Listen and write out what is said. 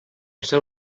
seu